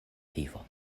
vivo